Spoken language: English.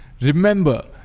Remember